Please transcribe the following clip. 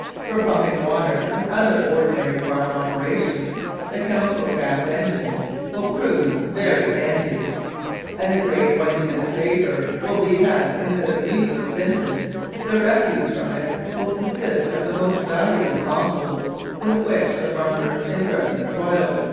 for pumping water and other ordinary farm operations the chemical gas-engine will prove very handy and the great point in its favour will be that instead of useless cinders the refuse from it will consist of the most valuable compost with which the farmer can dress the soil.